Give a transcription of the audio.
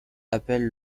appelle